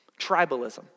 Tribalism